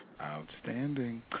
Outstanding